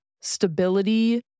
stability